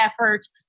efforts